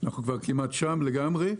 אנחנו כבר כמעט שם לגמרי.